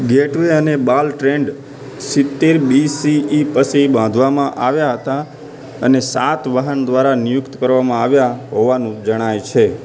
gateway અને balustrade સિત્તેર BCE પછી બાંધવામાં આવ્યા હતા અને સાત વાહન દ્વારા નિયુક્ત કરવામાં આવ્યા હોવાનું જણાય છે